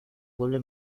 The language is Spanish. vuelve